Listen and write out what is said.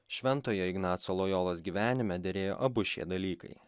šventojo ignaco lojolos gyvenime derėjo abu šie dalykai